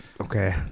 Okay